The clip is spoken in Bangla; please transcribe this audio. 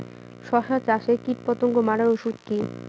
শসা চাষে কীটপতঙ্গ মারার ওষুধ কি?